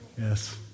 Yes